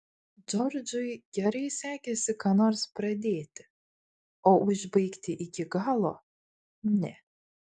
džordžui gerai sekėsi ką nors pradėti o užbaigti iki galo ne